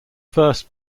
first